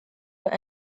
were